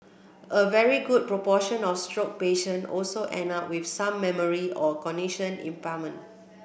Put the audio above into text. a very good proportion of stroke patient also end up with some memory or cognition impairment